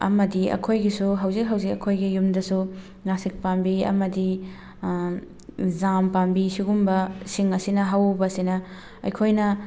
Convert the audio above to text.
ꯑꯃꯗꯤ ꯑꯩꯈꯣꯏꯒꯤꯁꯨ ꯍꯧꯖꯤꯛ ꯍꯧꯖꯤꯛ ꯑꯩꯈꯣꯏꯒꯤ ꯌꯨꯝꯗꯁꯨ ꯅꯥꯁꯤꯛ ꯄꯥꯝꯕꯤ ꯑꯃꯗꯤ ꯖꯥꯝ ꯄꯥꯝꯕꯤ ꯁꯤꯒꯨꯝꯕꯁꯤꯡ ꯑꯁꯤꯅ ꯍꯧꯕꯁꯤꯅ ꯑꯩꯈꯣꯏꯅ